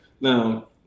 now